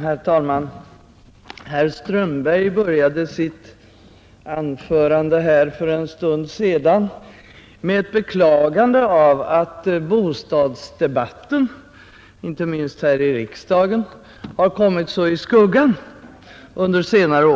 Herr talman! Herr Strömberg började sitt anförande för en stund sedan med att beklaga att bostadsdebatten, inte minst här i riksdagen, under senare år har kommit så i skuggan, och att så är